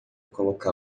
colocá